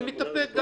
אני גם מתאפק.